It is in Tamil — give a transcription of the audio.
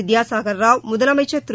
வித்பாசாகா் ராவ் முதலமைச்சா் திரு